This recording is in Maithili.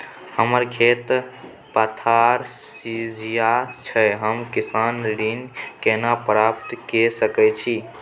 हमर खेत पथार सझिया छै हम किसान ऋण केना प्राप्त के सकै छी?